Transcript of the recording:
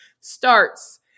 starts